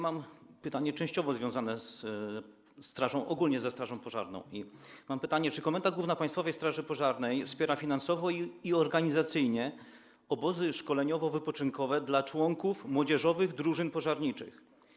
Mam pytanie częściowo związane ogólnie ze strażą pożarną: Czy Komenda Główna Państwowej Straży Pożarnej wspiera finansowo i organizacyjnie obozy szkoleniowo-wypoczynkowe dla członków młodzieżowych drużyn pożarniczych?